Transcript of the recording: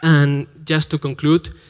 and just to conclude,